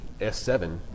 S7